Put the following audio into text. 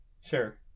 Sure